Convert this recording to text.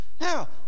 Now